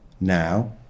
now